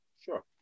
Sure